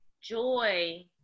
joy